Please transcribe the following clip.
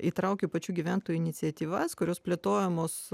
įtraukiu pačių gyventojų iniciatyvas kurios plėtojamos